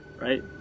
right